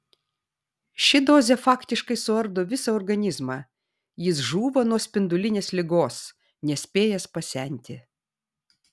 ši dozė faktiškai suardo visą organizmą jis žūva nuo spindulinės ligos nespėjęs pasenti